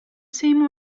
same